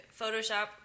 Photoshop